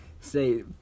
say